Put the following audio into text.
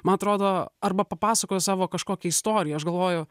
man atrodo arba papasakojo savo kažkokią istoriją galvoju